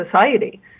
society